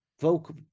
vocal